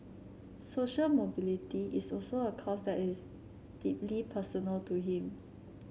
social mobility is also a cause that is deeply personal to him